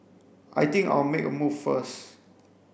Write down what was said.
I think I'll make a move first